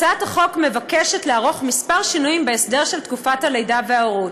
הצעת החוק מבקשת לערוך כמה שינויים בהסדר של תקופת הלידה וההורות.